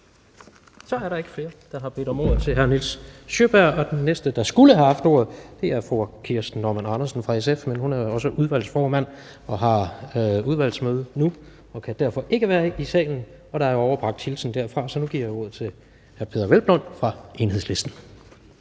Der er ikke flere, der har bedt om ordet. Og den næste, der skulle have haft ordet, er fru Kirsten Normann Andersen fra SF, men hun er jo også udvalgsformand og har udvalgsmøde nu og kan derfor ikke være i salen, og der er overbragt hilsen derfra, så nu giver jeg ordet til hr. Peder Hvelplund fra Enhedslisten.